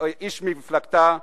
איש מפלגתה,